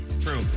True